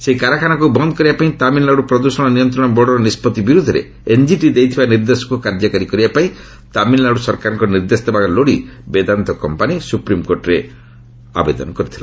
ସେହି କାରଖାନାକୁ ବନ୍ଦ କରିବା ପାଇଁ ତାମିଲନାଡୁ ପ୍ରଦୃଷଣ ନିୟନ୍ତ୍ରଣ ବୋର୍ଡର ନିଷ୍କଭି ବିରୁଦ୍ଧରେ ଏନ୍ଜିଟି ଦେଇଥିବା ନିର୍ଦ୍ଦେଶକୁ କାର୍ଯ୍ୟକାରୀ କରିବା ପାଇଁ ତାମିଳନାଡ଼ୁ ସରକାରଙ୍କ ନିର୍ଦ୍ଦେଶ ଦେବା ଲୋଡ଼ି ବେଦାନ୍ତ କମ୍ପାନି ସୁପ୍ରିମକୋର୍ଟରେ ଆବେଦନ କରିଥିଲା